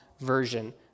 version